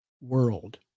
world